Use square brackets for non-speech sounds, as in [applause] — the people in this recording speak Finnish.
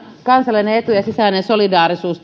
kansallinen etu ja sisäinen solidaarisuus [unintelligible]